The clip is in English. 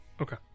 Okay